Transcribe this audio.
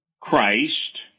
Christ